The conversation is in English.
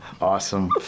Awesome